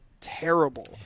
terrible